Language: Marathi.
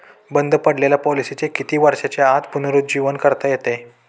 बंद पडलेल्या पॉलिसीचे किती वर्षांच्या आत पुनरुज्जीवन करता येते?